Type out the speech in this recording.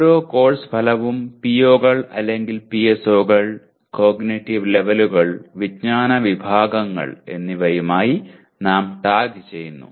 ഓരോ കോഴ്സ് ഫലവും PO കൾ അല്ലെങ്കിൽ PSO കൾ കോഗ്നിറ്റീവ് ലെവലുകൾ വിജ്ഞാന വിഭാഗങ്ങൾ എന്നിവയുമായി നാം ടാഗ് ചെയ്യുന്നു